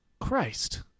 Christ